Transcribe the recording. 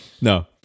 No